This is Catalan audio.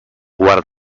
guard